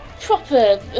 proper